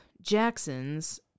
Jackson's